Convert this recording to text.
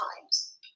times